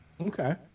Okay